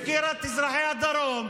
הפקירה את אזרחי הדרום,